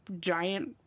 giant